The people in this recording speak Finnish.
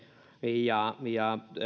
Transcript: ja ja